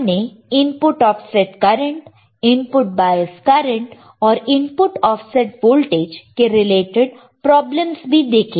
हमने input offset current input bias current और input offset voltage के रिलेटेड प्रॉब्लम्स भी देखे हैं